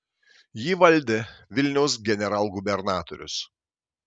jį valdė vilniaus generalgubernatorius